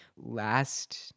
Last